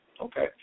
Okay